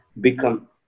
become